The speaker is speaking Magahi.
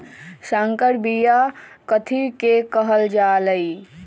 संकर बिया कथि के कहल जा लई?